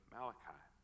Malachi